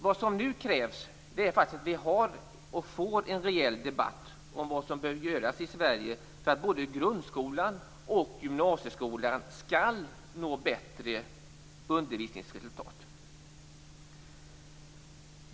Vad som nu krävs är faktiskt att vi får en rejäl debatt om vad som bör göras i Sverige för att både grundskolan och gymnasieskolan skall nå bättre undervisningsresultat.